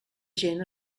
gent